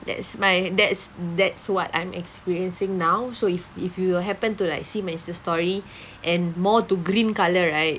that's my that's that's what I'm experiencing now so if if you happen to like see my Instastory and more to green colour right